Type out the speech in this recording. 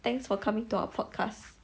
thanks for coming to our podcast